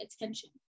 attention